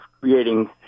creating